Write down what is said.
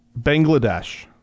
Bangladesh